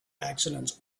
accidents